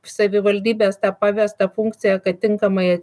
savivaldybės tą pavestą funkciją kad tinkamai